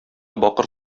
бакыр